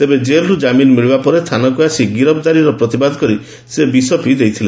ତେବେ ଜେଲରୁ ଜାମିନ ମିଳିବା ପରେ ଥାନାକୁ ଆସି ଗିରଫଦାରୀର ପ୍ରତିବାଦ କରି ସେ ବିଷ ପିଇ ଦେଇଥିଲେ